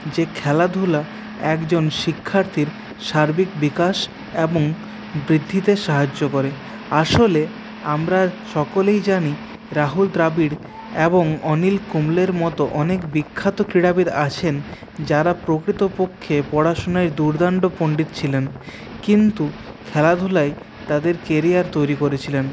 যে খেলাধুলা একজন শিক্ষার্থীর সার্বিক বিকাশ এবং বৃদ্ধিতে সাহায্য করে আসলে আমরা সকলেই জানি রাহুল দ্রাবিড় এবং অনিল কুম্বলের মতো অনেক বিখ্যাত ক্রীড়াবিদ আছেন যারা প্রকৃতপক্ষে পড়াশোনায় দুর্দান্ত পণ্ডিত ছিলেন কিন্তু খেলাধুলায় তাদের কেরিয়ার তৈরি করেছিলেন